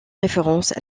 référence